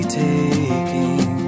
taking